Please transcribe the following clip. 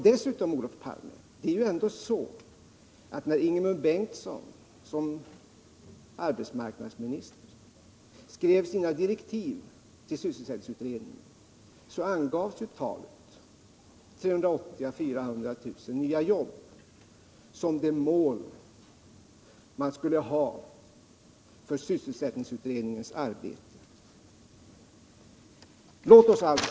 Dessutom, Olof Palme, när Ingemund Bengtsson såsom arbetsmarknadsminister skrev sina direktiv till sysselsättningsutredningen angavs 380 000 ä 400 000 nya jobb som det mål sysselsättningsutredningen skulle ha för sitt arbete.